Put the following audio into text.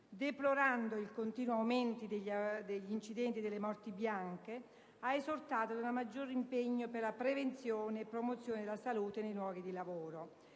deplorando il continuo aumento degli incidenti e delle morti bianche, ha esortato ad un maggior impegno per la prevenzione e promozione della salute nei luoghi di lavoro,